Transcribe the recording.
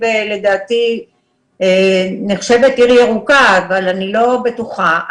לדעתי נחשבת עיר ירוקה אבל אני לא בטוחה.